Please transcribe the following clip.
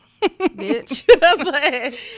Bitch